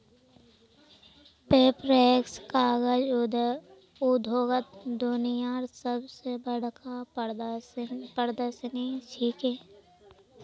Paperex कागज उद्योगत दुनियार सब स बढ़का प्रदर्शनी छिके